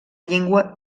llengua